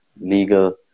legal